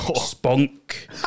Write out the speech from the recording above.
spunk